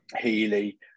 Healy